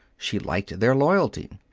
she liked their loyalty.